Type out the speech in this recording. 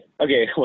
Okay